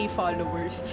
followers